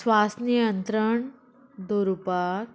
स्वास नियंत्रण दवरुपाक